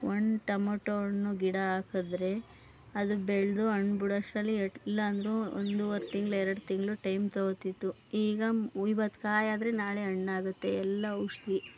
one tomato ಹಣ್ಣು ಗಿಡ ಹಾಕಿದ್ರೆ ಅದು ಬೆಳೆದು ಹಣ್ಣು ಬಿಡೋಷ್ಟ್ರಲ್ಲಿ ಎಟ್ ಇಲ್ಲ ಅಂದ್ರೂ ಒಂದುವರೆ ತಿಂಗಳು ಎರಡು ತಿಂಗಳು ಟೈಮ್ ತೊಗೊಳ್ತಿತ್ತು ಈಗ ಇವತ್ತು ಕಾಯಿಯಾದ್ರೆ ನಾಳೆ ಹಣ್ಣಾಗುತ್ತೆ ಎಲ್ಲ ಔಷಧಿ